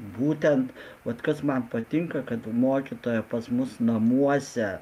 būtent vat kas man patinka kad mokytoja pas mus namuose